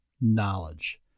knowledge